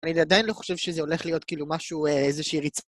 אני עדיין לא חושב שזה הולך להיות כאילו משהו, איזושהי ריצ...